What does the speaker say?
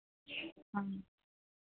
हाँ